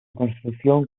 construcción